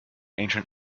ancient